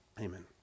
Amen